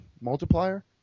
multiplier